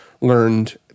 learned